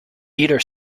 either